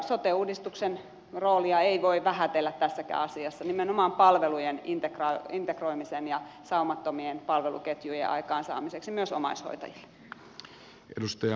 sote uudistuksen roolia ei voi vähätellä tässäkään asiassa nimenomaan palvelujen integroimisen ja saumattomien palveluketjujen aikaansaamiseksi myös omaishoitajille